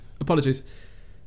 apologies